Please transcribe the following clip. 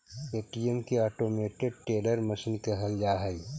ATM के automated teller machine कहल जा हइ